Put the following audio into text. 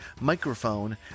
microphone